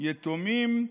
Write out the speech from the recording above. יתומים,